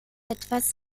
etwas